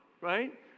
right